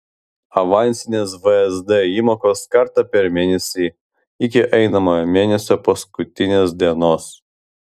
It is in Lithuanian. avansinės vsd įmokos kartą per mėnesį iki einamojo mėnesio paskutinės dienos